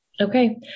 Okay